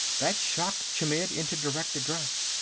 that shocked chmidd into direct address.